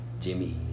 Jimmy